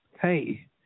Hey